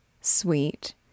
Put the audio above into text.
Sweet